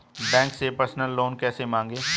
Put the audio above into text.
Bank से personal loan कैसे मांगें?